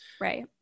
Right